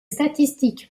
statistiques